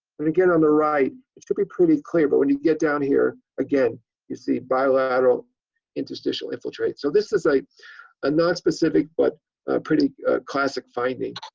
and again, on the right it should be pretty clean but when you get down here you see bilateral interstitial infiltrates. so this is a ah nonspecific but pretty classic finding.